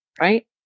right